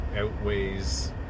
outweighs